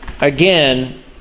Again